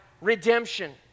redemption